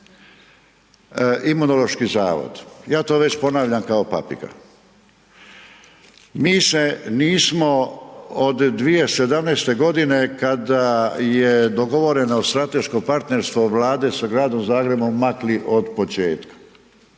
Imunološki zavod. Ja to već ponavljam kao papiga. Mi se nismo od 2017.g., kada je dogovoreno strateško partnerstvo Vlade sa Gradom Zagrebom, makli od početka,